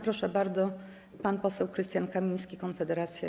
Proszę bardzo, pan poseł Krystian Kamiński, Konfederacja.